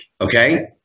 okay